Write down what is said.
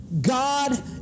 god